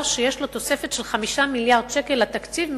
שיש לו תוספת של 5 מיליארדי שקל לתקציב,